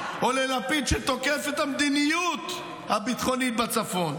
או ללפיד שתוקף את המדיניות הביטחונית בצפון?